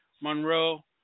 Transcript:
Monroe